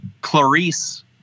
Clarice